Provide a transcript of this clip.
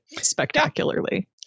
spectacularly